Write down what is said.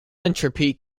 entropy